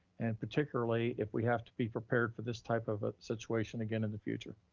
and particularly if we have to be prepared for this type of a situation again in the future.